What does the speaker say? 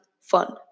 fun